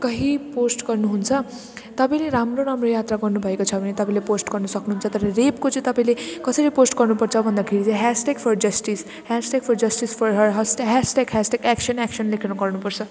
कहीँ पोस्ट गर्नु हुन्छ तपाईँले राम्रो राम्रो यात्रा गर्नु भएको छ भने तपाईँले पोस्ट गर्नु सक्नु हुन्छ तर रेपको चाहिँ तपाईँले कसरी पोस्ट गर्नु पर्छ भन्दाखेरि चाहिँ hashtag for justice hashtag for justice for her hashtag hashtag action action लेखेर गर्नु पर्छ